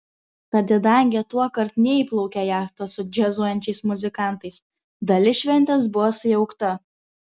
tad į dangę tuokart neįplaukė jachtos su džiazuojančiais muzikantais dalis šventės buvo sujaukta